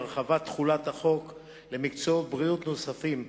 (הרחבת תחולת החוק למקצועות בריאות נוספים),